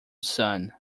sun